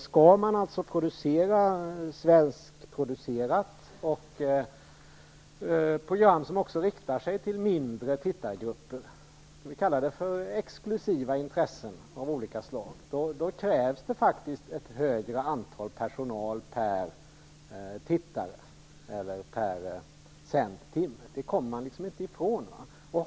Skall man ha något svenskproducerat och även program som riktar sig till mindre tittargrupper -- låt oss kalla det för exklusiva intressen av olika slag -- krävs det faktiskt ett större antal anställda per tittare eller per sänd timme; det kommer man inte ifrån.